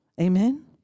Amen